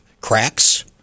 cracks